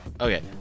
Okay